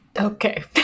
Okay